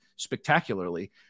spectacularly